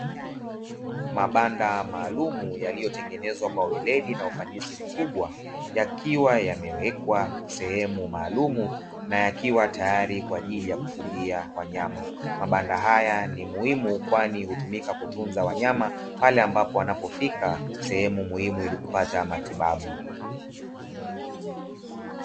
Mabanda maalumu yaliyotengenezwa kwa weledi na ufanisi mkubwa yakiwa yamewekwa sehemu maalumu, na yakiwa tayari kwa ajili ya kufugia wanyama. Mabanda haya ni muhimu kwani hutumika kutunza wanyama pale ambapo wanapofika sehemu muhimu ili kupata matibabu.